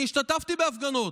אני השתתפתי בהפגנות.